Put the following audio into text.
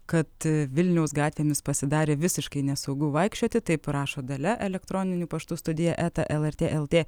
kad vilniaus gatvėmis pasidarė visiškai nesaugu vaikščioti taip rašo dalia elektroniniu paštu studija eta lrt lt